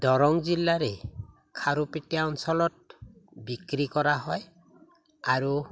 দৰং জিলাৰে খাৰুপেটীয়া অঞ্চলত বিক্ৰী কৰা হয় আৰু